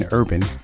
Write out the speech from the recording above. urban